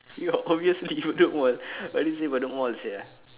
ya obviously bedok mall why did you say bedok mall sia